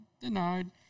denied